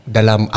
Dalam